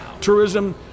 tourism